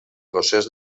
procés